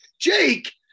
Jake